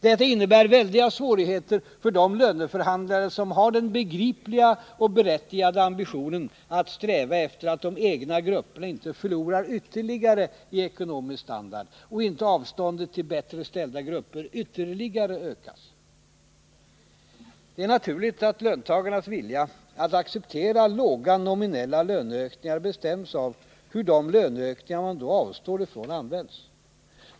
Detta innebär väldiga svårigheter för de löneförhandlare som har den begripliga och berättigade ambitionen att sträva efter att de egna grupperna inte förlorar ytterligare i ekonomisk standard och att inte avståndet till bättre ställda grupper ytterligare ökas. Det är naturligt att löntagarnas vilja att acceptera låga nominella löneökningar bestäms av hur de löneökningar man då avstår från används.